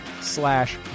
slash